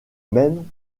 même